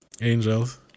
Angels